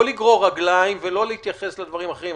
לא לגרור רגליים ולא להתייחס לדברים האחרים.